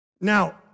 Now